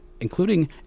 including